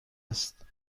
است